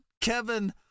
Kevin